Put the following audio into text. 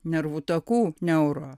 nervų takų neuro